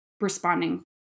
responding